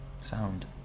sound